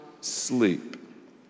sleep